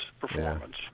performance